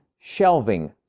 shelving